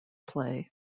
play